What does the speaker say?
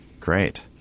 Great